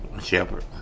Shepherd